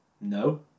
No